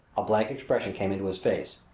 a blank expression came into his face.